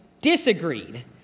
disagreed